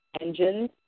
engines